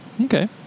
Okay